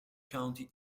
county